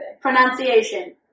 Pronunciation